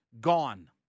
gone